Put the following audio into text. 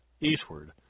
eastward